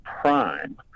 prime